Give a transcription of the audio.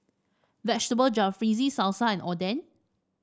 Vegetable Jalfrezi Salsa and Oden